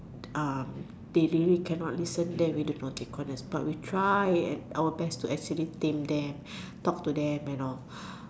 um they really cannot listen then we do naughty corners but we try to tame them talk to them and all